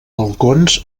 balcons